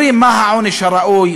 אומרים, מה העונש הראוי?